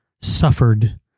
suffered